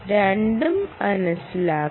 രണ്ടും മനസ്സിലാക്കണം